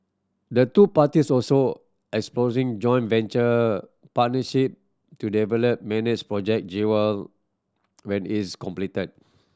the two parties also exposing joint venture partnership to develop manage Project Jewel when is completed